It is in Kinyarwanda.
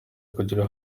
kugira